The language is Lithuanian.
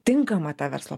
tinkamą tą verslo